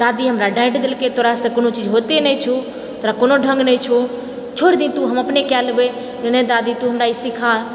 दादी हमरा डाँटि देलकै तोड़ासँ कोनो चीज होइते नहि छौ तोड़ा कोनो ढ़ङ्ग नहि छौ छोड़ि दही तू हम अपने कए लेबै नहि दादी तू हमरा ई सीखा